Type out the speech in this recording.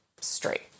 straight